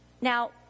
Now